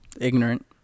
ignorant